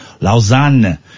Lausanne